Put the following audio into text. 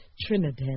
Trinidad